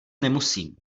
nemusím